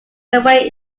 away